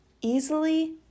easily